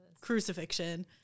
crucifixion